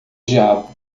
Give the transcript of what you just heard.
diabo